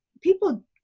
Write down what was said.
people